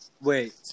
Wait